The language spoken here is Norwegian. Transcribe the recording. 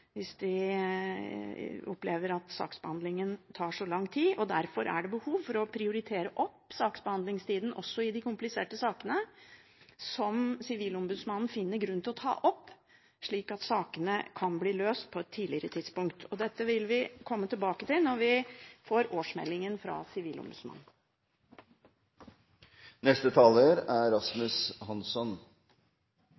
hvis de opplever at saksbehandlingen tar så lang tid. Derfor er det behov for å prioritere å få saksbehandlingstida ned også i de kompliserte sakene, som Sivilombudsmannen finner grunn til å ta opp, slik at sakene kan bli løst på et tidligere tidspunkt. Dette vil vi komme tilbake til når vi får årsmeldingen fra Sivilombudsmannen.